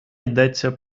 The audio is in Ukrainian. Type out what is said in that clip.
йдеться